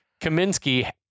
Kaminsky